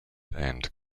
and